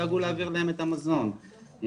והמידע נמצא במשרד החינוך וכל הנתונים נמצאים שם,